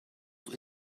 noch